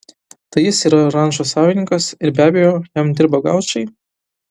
tai jis yra rančos savininkas ir be abejo jam dirba gaučai